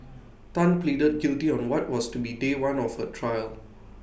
Tan pleaded guilty on what was to be day one of her trial